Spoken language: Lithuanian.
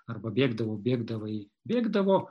arba bėgdavau bėgdavai bėgdavo